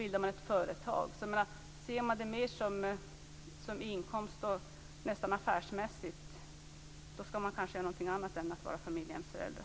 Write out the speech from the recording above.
Ser man det mer som en inkomst, nästan affärsmässigt, skall man kanske göra någonting annat än vara familjehemsförälder.